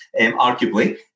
arguably